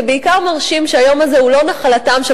ובעיקר מרשים שהיום הזה הוא לא נחלתם של